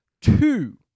two